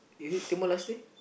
is it Timor-Leste